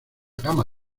gama